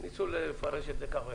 ניסו לפרש את זה כך.